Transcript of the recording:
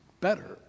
better